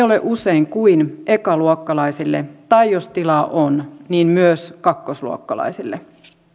ole usein kuin ekaluokkalaisille tai jos tilaa on niin myös kakkosluokkalaisille